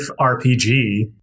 RPG